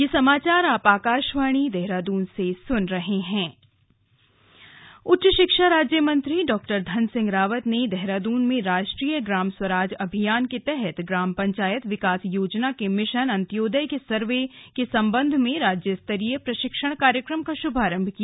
ग्राम स्वराज प्रशिक्षण उच्च शिक्षा राज्य मंत्री डॉ धन सिंह रावत ने देहरादून में राष्ट्रीय ग्राम स्वराज अभियान के तहत ग्राम पंचायत विकास योजना के मिशन अन्त्योदय सर्वे के संबंध में राज्य स्तरीय प्रशिक्षण कार्यशाला का शुभारंभ किया